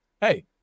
hey